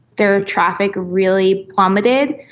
their traffic really plummeted,